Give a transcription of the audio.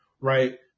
right